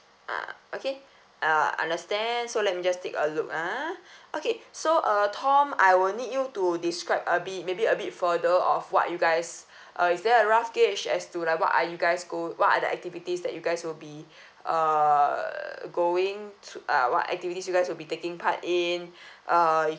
uh okay uh I understand so let me just take a look ah okay so uh tom I will need you to describe a bit maybe a bit further of what you guys uh is there a rough gauge as to like what are you guys go~ what are the activities that you guys will be uh going to uh what activities you guys will be taking part in uh